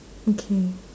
okay